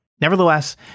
Nevertheless